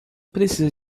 precisa